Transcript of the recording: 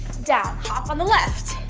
down. hop on the left,